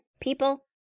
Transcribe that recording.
People